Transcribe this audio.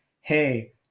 Hey